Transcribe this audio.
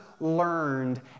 learned